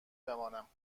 بمانم